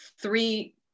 three